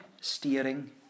steering